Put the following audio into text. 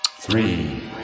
Three